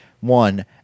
One